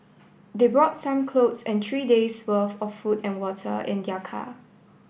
they brought some clothes and three days' worth of food and water in their car